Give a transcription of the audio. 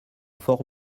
fort